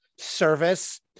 service